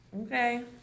Okay